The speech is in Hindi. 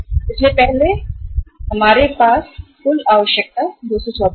इसलिए पहले जब हमारे पास था 224 कुल आवश्यकता है